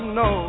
no